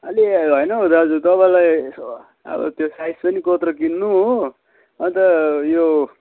अलिक होइन हो दाजु तपाईँलाई यसो अब त्यो साइज पनि कत्रो किन्नु हो अन्त यो